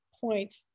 point